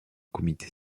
comité